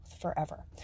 forever